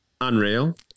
unreal